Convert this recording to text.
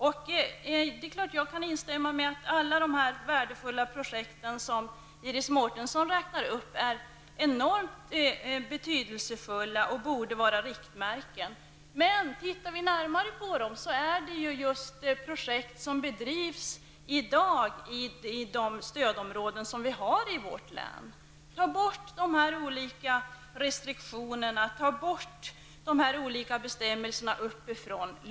Jag kan naturligtvis instämma i att alla värdefulla projekt som Iris Mårtensson räknar upp är enormt betydelsefulla och borde vara riktmärken. Men om vi tittar närmare på dem handlar det om projekt som i dag bedrivs i de stödområden som vi har i vårt län. Ta bort dessa olika restriktioner och bestämmelser uppifrån!